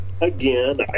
Again